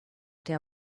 der